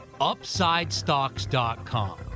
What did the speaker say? UpsideStocks.com